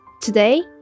Today